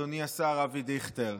אדוני השר אבי דיכטר,